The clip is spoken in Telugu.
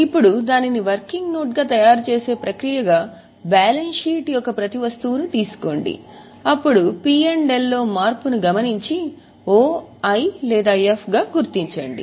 ఇప్పుడు దానిని వర్కింగ్ నోట్గా తయారుచేసే ప్రక్రియగా నేను చేయమని అడిగినది బ్యాలెన్స్ షీట్ యొక్క ప్రతి వస్తువును తీసుకోండి అప్పుడు P L లో మార్పును గమనించి O I లేదా F గా గుర్తించండి